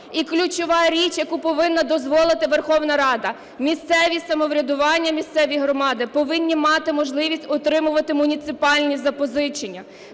І ключова річ, яку повинна дозволити Верховна Рада: місцеві самоврядування і місцеві громади повинні мати можливість отримувати муніципальні запозичення.